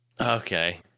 Okay